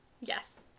Yes